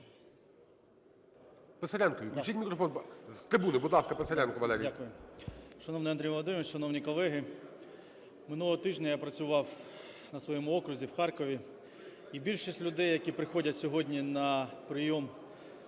Писаренкові. Включіть мікрофон. З трибуни, будь ласка, Писаренко Валерій. 10:20:41 ПИСАРЕНКО В.В. Дякую. Шановний Андрій Володимирович, шановні колеги! Минулого тижня я працював на своєму окрузі в Харкові. І більшість людей, які приходять сьогодні на прийом